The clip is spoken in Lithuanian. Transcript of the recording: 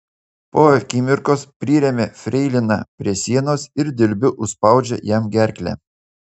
po akimirkos priremia freiliną prie sienos ir dilbiu užspaudžia jam gerklę